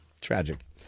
Tragic